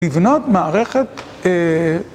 לבנות מערכת